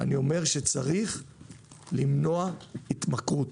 אני אומר שצריך למנוע התמכרות.